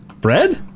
Bread